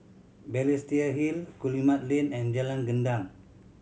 Balestier Hill Guillemard Lane and Jalan Gendang